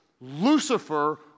Lucifer